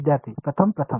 विद्यार्थी प्रथम प्रथम